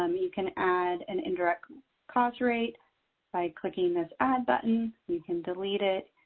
um you can add an indirect cost rate by clicking this add button. you can delete it.